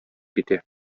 китә